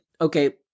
okay